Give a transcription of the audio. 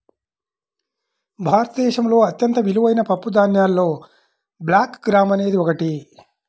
భారతదేశంలో అత్యంత విలువైన పప్పుధాన్యాలలో బ్లాక్ గ్రామ్ అనేది ఒకటి